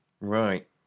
Right